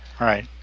Right